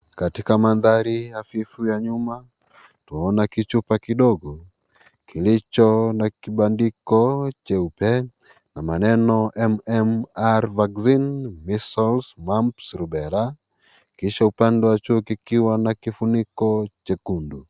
Katika mathari hafifu ya nyuma twaona chupa ndogo kilicho na kibandiko cheupe na maneno MMR vacine measles mumps rubella kisha upande wa juu kikiwa na kifuniko chekundu.